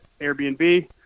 Airbnb